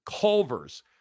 Culver's